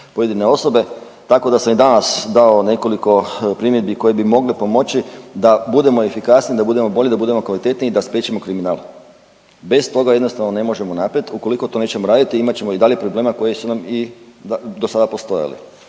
pojedine osobe, tako da sam i danas dao nekoliko primjedbi koje bi mogle pomoći da budemo efikasniji, da budemo bolji, da budemo kvalitetniji i da spriječimo kriminal, bez toga jednostavno ne možemo naprijed, ukoliko to nećemo raditi imat ćemo i dalje problema koji su nam i dosada postojali.